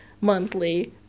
monthly